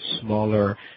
smaller